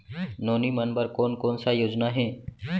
नोनी मन बर कोन कोन स योजना हे?